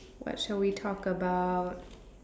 what shall we talk about